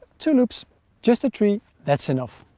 two loops just a tree that's enough.